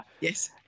Yes